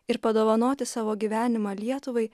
ir padovanoti savo gyvenimą lietuvai